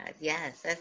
yes